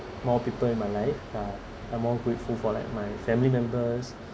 more people in my life uh I'm more grateful for like my family members